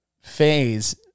phase